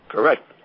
Correct